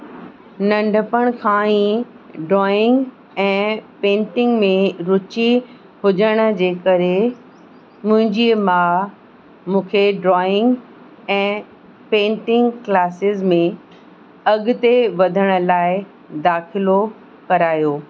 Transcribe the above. नंढपण खां ई ड्रॉइंग ऐं पेंटिंग में रुचि हुजण जे करे मुंहिंजी माउ मूंखे ड्रॉइंग ऐं पेंटिंग क्लासिस में अॻिते वधण लाइ दाख़िलो करायो